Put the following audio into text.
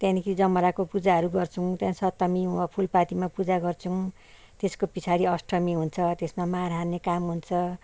त्यहाँदेखि जमराको पूजाहरू गर्छौँ त्यहाँ सप्तमी वा फुलपातीमा पूजा गर्छौँ त्यसको पछाडि अष्टमी हुन्छ त्यसमा मार हान्ने काम हुन्छ